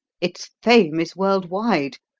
its fame is world-wide.